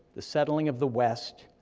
the settling of the west,